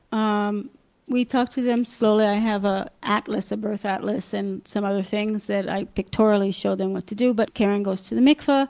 um we talked to them slowly. i have an ah atlas, a birth atlas, and some other things that i pictorially show them what to do. but keren goes to the mikveh,